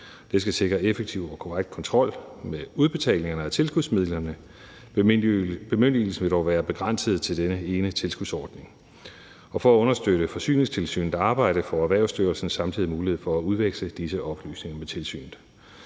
Det skal sikre effektiv og korrekt kontrol med udbetalingerne af tilskudsmidlerne. Bemyndigelsen vil dog være begrænset til denne ene tilskudsordning. Og for at understøtte Forsyningstilsynets arbejde får Erhvervsstyrelsen samtidig mulighed for at udveksle disse oplysninger med tilsynet.